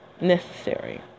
necessary